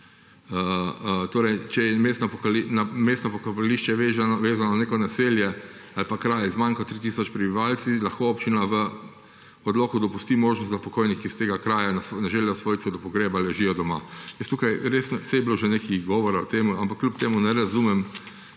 določa, če je na mestno pokopališče vezano neko naselje ali pa kraj z manj kot tri tisoč prebivalci, lahko občina v odloku dopusti možnost, da pokojniki iz tega kraja na željo svojcev do pogreba ležijo doma. Saj je bilo že nekaj govora o tem, ampak kljub temu ne razumem,